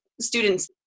students